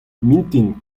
mintin